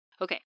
Okay